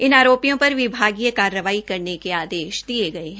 इन आरोपियो पर विभागीय कार्रवाई करने के आदेश दिए गए हैं